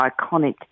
iconic